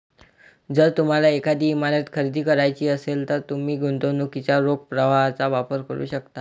जर तुम्हाला एखादी इमारत खरेदी करायची असेल, तर तुम्ही गुंतवणुकीच्या रोख प्रवाहाचा वापर करू शकता